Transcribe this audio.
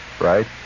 right